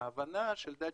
ההבנה של המחלה